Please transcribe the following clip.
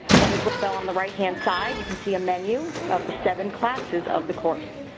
and as well on the right-hand side, you can see a menu of the seven classes of the course.